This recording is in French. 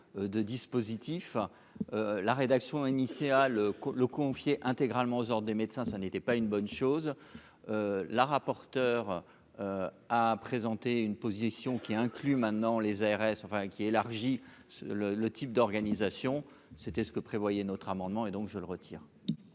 de dispositif la rédaction initiale le confier intégralement aux heures des médecins, ça n'était pas une bonne chose, la rapporteure, a présenté une position qui inclut maintenant les ARS, enfin qui élargit le le type d'organisation, c'était ce que prévoyait notre amendement est donc je le retire.